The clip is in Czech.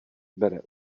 bere